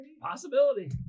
Possibility